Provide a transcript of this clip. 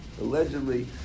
allegedly